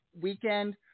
weekend